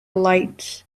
lights